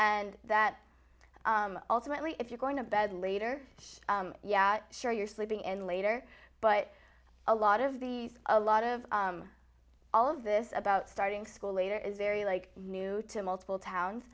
and that ultimately if you're going to bed later yeah sure you're sleeping in later but a lot of these a lot of all of this about starting school later is very like new to multiple towns